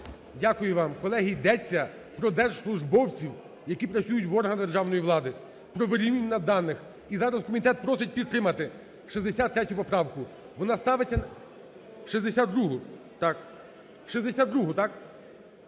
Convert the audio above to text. Дякую вам. Колеги, йдеться про держслужбовців, які працюють в органах державної влади, про вирівнювання даних. І зараз комітет просить підтримати 63 поправку. Вона ставиться… 62-у,